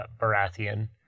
Baratheon